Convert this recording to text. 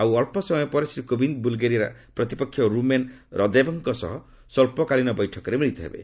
ଆଉ ଅଳ୍ପ ସମୟ ପରେ ଶ୍ରୀ କୋବିନ୍ଦ୍ ବୁଲ୍ଗେରିଆ ପ୍ରତିପକ୍ଷ ରୁମେନ୍ ରଦେବ୍ଙ୍କ ସହ ସ୍ୱଚ୍ଚକାଳୀନ ବୈଠକରେ ମିଳିତ ହେବେ